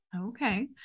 Okay